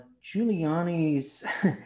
giuliani's